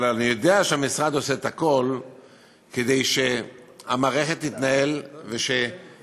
אבל אני יודע שהמשרד עושה את הכול כדי שהמערכת תתנהל ושיהיה